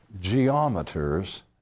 geometers